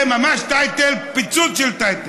ממש פיצוץ של טייטל.